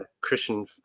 Christian